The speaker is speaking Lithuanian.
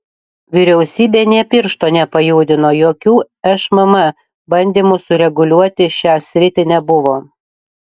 vyriausybė nė piršto nepajudino jokių šmm bandymų sureguliuoti šią sritį nebuvo